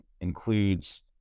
includes